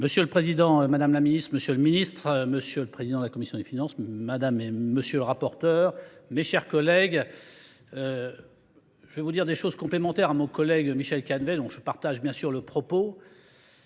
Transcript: Monsieur le Président, Madame la Ministre, Monsieur le Ministre, Monsieur le Président de la Commission des Finances, Madame et Monsieur le Rapporteur, mes chers collègues, je vais vous dire des choses complémentaires à mon collègue Michel Canvet, dont je partage bien sûr le propos,